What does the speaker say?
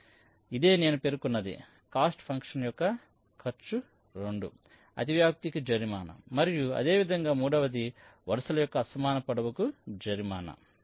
కాబట్టి ఇదే నేను పేర్కొన్నది కాస్ట్ ఫంక్షన్ యొక్క ఖర్చు 2 అతివ్యాప్తికి జరిమానా మరియు అదేవిధంగా మూడవది వరుసల యొక్క అసమాన పొడవుకు జరిమానా